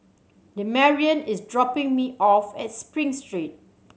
Demarion is dropping me off at Spring Street